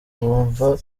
bumva